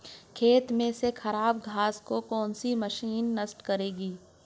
खेत में से खराब घास को कौन सी मशीन नष्ट करेगी?